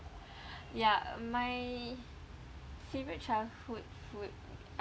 ya my favourite childhood food